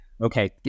okay